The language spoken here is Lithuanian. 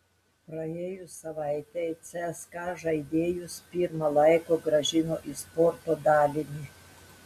praėjus savaitei cska žaidėjus pirma laiko grąžino į sporto dalinį